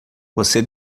você